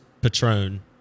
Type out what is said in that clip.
Patron